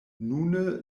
nune